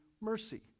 mercy